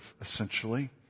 essentially